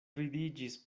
vidiĝis